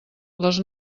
les